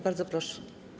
Bardzo proszę.